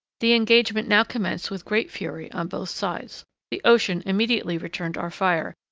the engagement now commenced with great fury on both sides the ocean immediately returned our fire,